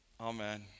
Amen